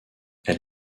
elle